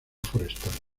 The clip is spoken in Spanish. forestal